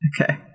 Okay